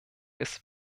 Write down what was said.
ist